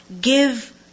Give